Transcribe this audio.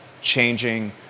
changing